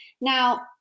Now